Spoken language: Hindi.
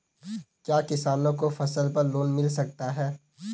क्या किसानों को फसल पर लोन मिल सकता है?